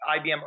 IBM